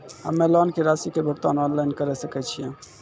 हम्मे लोन के रासि के भुगतान ऑनलाइन करे सकय छियै?